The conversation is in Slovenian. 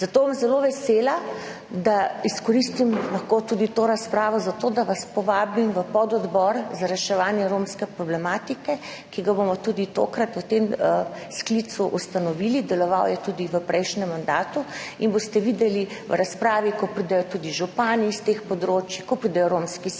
Zato bom zelo vesela, da lahko izkoristim tudi to razpravo zato, da vas povabim v pododbor za reševanje romske problematike, ki ga bomo tudi tokrat v tem sklicu ustanovili, deloval je tudi v prejšnjem mandatu, in boste videli v razpravi, ko pridejo tudi župani iz teh področij, ko pridejo romski svetniki,